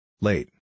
Late